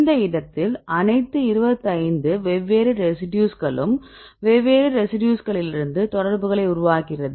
இந்த இடத்தில் அனைத்து 25 வெவ்வேறு ரெசிடியூஸ்களும் வெவ்வேறு ரெசிடியூஸ்களிலிருந்து தொடர்புகளை உருவாக்குகிறது